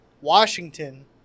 Washington